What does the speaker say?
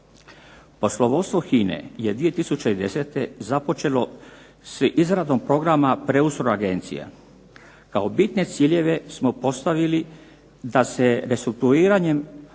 Poslovodstvo HINA-e je 2010. započelo s izradom programa preustroja agencije, kao bitne ciljeve smo postavili da se restrukturiranjem